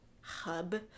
hub